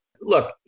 Look